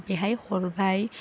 बेहाय हरबाय